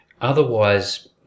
otherwise